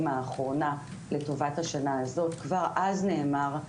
האחרונה לטובת השנה הזאת כבר אז נאמר,